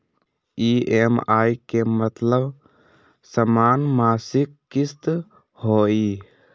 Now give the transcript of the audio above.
EMI के मतलब समान मासिक किस्त होहई?